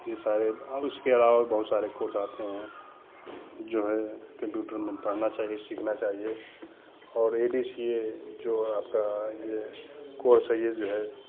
ये सारे और इसके अलावा भी बहुत सारे कोर्स आते हैं जो है कम्प्यूटर हमें पढ़ना चाहिए सीखना चाहिए और ए डी सी ए जो आपका ये कोर्स है ये जो है